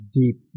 deep